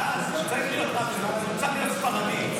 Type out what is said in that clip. ספרדי,